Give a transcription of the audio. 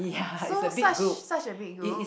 so such such a big group